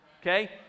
Okay